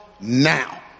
now